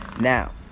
Now